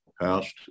past